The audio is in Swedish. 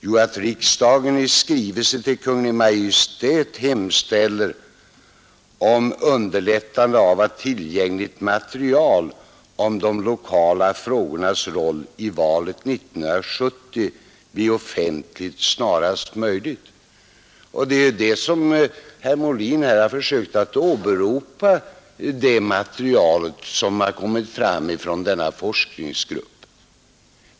Jo, att riksdagen i skrivelse till Kungl. Maj:t hemställer om underlättande av att tillgängligt material om de lokala frågornas roll i valet 1970 blir offentligt snarast möjligt. Herr Molin har här försökt åberopa det material som kommit fram från denna forskningsgrupp.